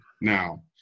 Now